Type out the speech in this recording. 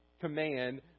command